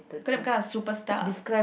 gonna become a superstar